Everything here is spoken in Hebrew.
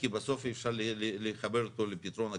כי בסוף אי אפשר לחבר אותו לפתרון הקצה.